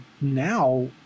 now